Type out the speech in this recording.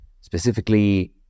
specifically